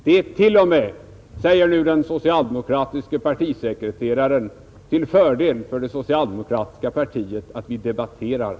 Det är till och med, säger nu den socialdemokratiske partisekreteraren, till fördel för det socialdemokratiska partiet att vi debatterar saken.